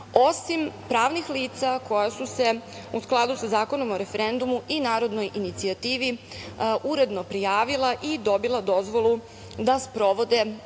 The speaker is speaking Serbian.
osim pravnih lica koja su se u skladu sa Zakonom o referendumu i narodnu inicijativi uredno prijavila i dobila dozvolu da sprovode